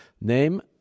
name